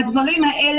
זה הכול.